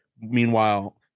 Meanwhile